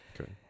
Okay